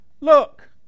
look